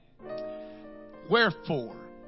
Wherefore